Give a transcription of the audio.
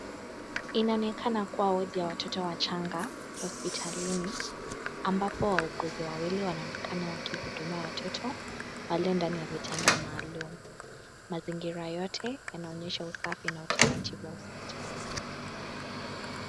Inaonekana kuwa wodi ya watoto wachanga hospitalini, ambapo wauguzi wawili wanaonekana wakihudumia watoto walio ndani ya vitanda maalum. Mazingira yote yanaonyesha usafi na utaratibu wa hospitali.